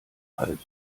halb